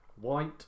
White